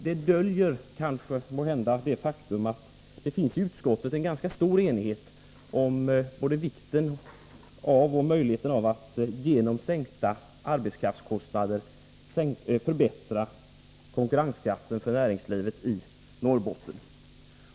Det döljer måhända det faktum att det i utskottet råder en ganska bred enighet om både vikten och möjligheten av att genom sänkta arbetskraftskostnader förbättra konkurrenskraften för näringslivet i Norrbotten.